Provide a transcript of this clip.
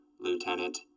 Lieutenant